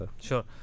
Sure